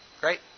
Great